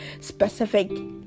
specific